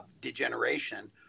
degeneration